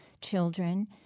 children